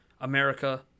America